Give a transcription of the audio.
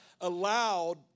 allowed